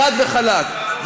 חד וחלק.